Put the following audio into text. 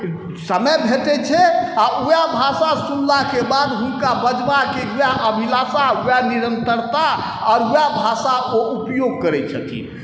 समय भेटै छै आओर वएह भाषा सुनलाके बाद हुनका वएह बाजबाके अभिलाषा वएह निरन्तरता आओर वएह भाषा ओ उपयोग करै छथिन